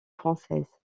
française